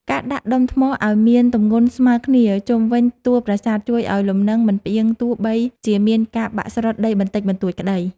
ការដាក់ដុំថ្មឱ្យមានទម្ងន់ស្មើគ្នាជុំវិញតួប្រាសាទជួយឱ្យលំនឹងមិនផ្អៀងទោះបីជាមានការបាក់ស្រុតដីបន្តិចបន្តួចក្តី។